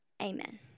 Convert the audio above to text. amen